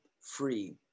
free